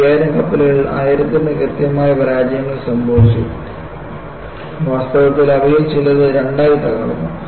5000 കപ്പലുകളിൽ ആയിരത്തിന് കാര്യമായ പരാജയങ്ങൾ സംഭവിച്ചു വാസ്തവത്തിൽ അവയിൽ ചിലത് 2 ആയി തകർന്നു